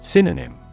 Synonym